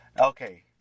Okay